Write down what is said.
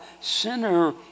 sinner